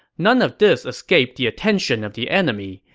none of this escaped the attention of the enemy.